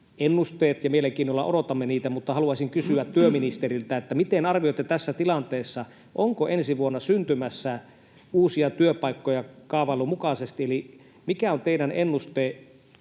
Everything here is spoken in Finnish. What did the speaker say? ennusteet, ja mielenkiinnolla odotamme niitä, mutta haluaisin kysyä työministeriltä, että miten arvioitte tässä tilanteessa: Onko ensi vuonna syntymässä uusia työpaikkoja kaavaillun mukaisesti, eli mikä on teidän ennusteenne